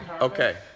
okay